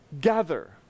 gather